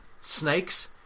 snakes